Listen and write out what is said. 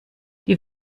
die